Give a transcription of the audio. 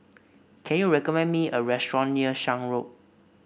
can you recommend me a restaurant near Shan Road